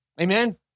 Amen